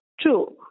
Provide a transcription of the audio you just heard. true